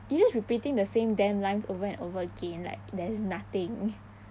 you just repeating the same damn lines over and over again like there is nothing